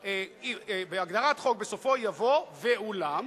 בהגדרת החוק: בסופו יבוא: ואולם,